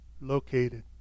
located